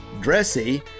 dressy